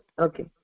Okay